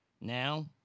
Now